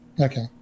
Okay